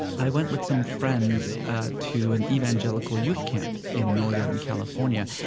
i went with some friends to an evangelical youth camp in northern california.